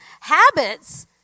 Habits